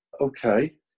okay